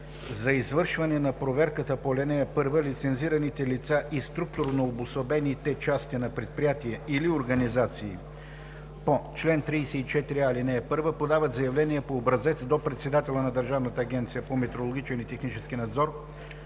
За извършване на проверката по ал. 1 лицензираните лица и структурно обособените части на предприятия или организации по чл. 34а, ал. 1 подават заявление по образец до председателя на Държавната агенция за метрологичен и технически надзор,